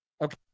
Okay